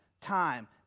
Time